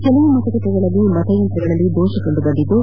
ಕೆಲವು ಮತಗಟ್ಟೆಗಳಲ್ಲಿ ಮತ ಯಂತ್ರಗಳಲ್ಲಿ ದೋಷ ಕಂಡುಬಂದಿದ್ದು